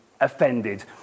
offended